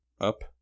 up